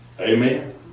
Amen